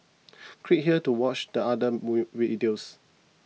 click here to watch the other move videos